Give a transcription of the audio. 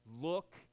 Look